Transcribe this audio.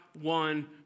one